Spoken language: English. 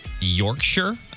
Yorkshire